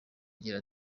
agira